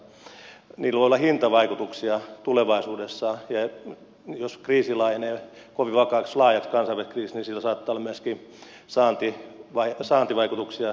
niillä voi olla hintavaikutuksia tulevaisuudessa ja jos kriisi laajenee kovin vakavaksi laajaksi kansainväliseksi kriisiksi niin sillä saattaa olla myöskin saantivaikutuksia hetkeksi aikaa